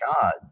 god